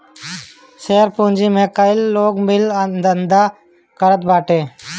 share पूंजी में कई लोग मिल के धंधा करत बाटे